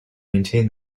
maintain